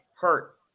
hurt